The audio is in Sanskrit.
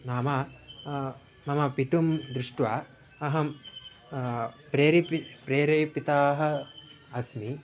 नाम मम पितरं दृष्ट्वा अहं प्रेरेपितः प्रेरेपितः अस्मि